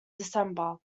december